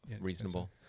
reasonable